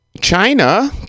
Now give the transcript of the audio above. china